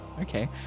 Okay